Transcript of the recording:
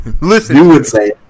Listen